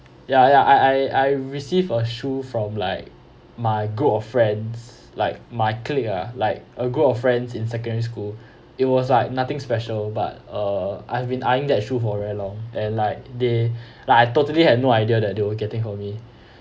ya ya I I I received a shoe from like my group of friends like my clique ah like a group of friends in secondary school it was like nothing special but uh I've been eyeing that shoe for very long and like they like I totally have no idea that they were getting for me